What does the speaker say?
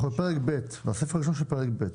אנחנו בפרק ב', בסעיף הראשון של פרק ב'.